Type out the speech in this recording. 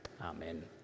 Amen